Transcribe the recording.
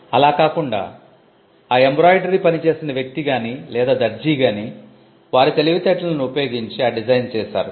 అలా కాకుండా ఆ embroidery పని చేసిన వ్యక్తి గానీ లేదా దర్జీ గానీ వారి తెలివితేటలను ఉపయోగించి ఆ డిజైన్ చేసారు